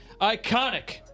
ICONIC